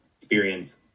experience